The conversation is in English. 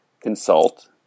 consult